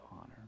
honor